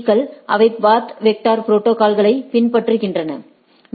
பீ கள் அவை path vector ப்ரோடோகால்களை பின்பற்றுகின்றன